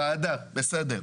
ועדה, בסדר.